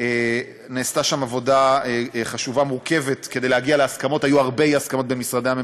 אני רוצה להודות כמובן לכל הגופים הקשורים שהיו בדיון הזה,